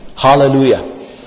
Hallelujah